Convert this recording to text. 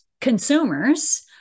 consumers